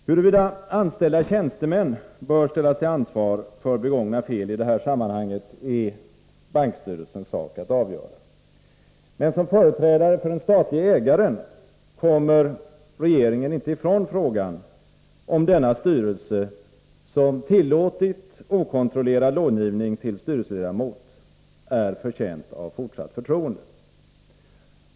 Huruvida anställda tjänstemän bör ställas till ansvar för begångna fel i detta sammanhang är bankstyrelsens sak att avgöra, men som företrädare för den statliga ägaren kommer regeringen inte ifrån frågan huruvida denna styrelse, som tillåtit okontrollerad långivning till styrelsededamot, är förtjänt av fortsatt förtroende.